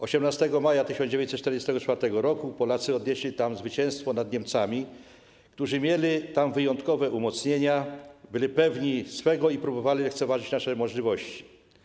18 maja 1944 r. Polacy odnieśli tam zwycięstwo nad Niemcami, którzy mieli wyjątkowe umocnienia, byli pewni swego i próbowali lekceważyć nasze możliwości.